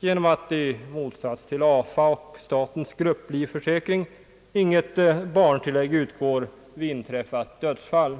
genom att, i motsats till AFA och statens grupplivförsäkring, inget barntillägg utgår vid inträffat dödsfall.